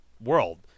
world